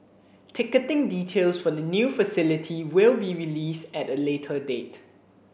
ticketing details for the new facility will be released at a later date